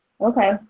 Okay